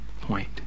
point